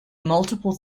multiple